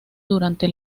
durante